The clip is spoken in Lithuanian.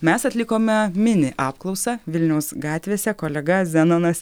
mes atlikome mini apklausą vilniaus gatvėse kolega zenonas